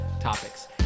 topics